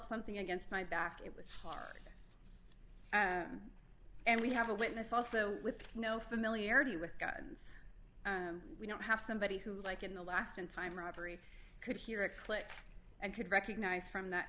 something against my back it was hard and we have a witness also with no familiarity with guns we don't have somebody who like in the last in time robbery could hear a click and could recognize from that